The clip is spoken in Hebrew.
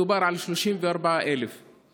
מדובר על 34,000 תלמידים.